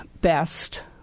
best